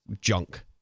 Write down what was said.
junk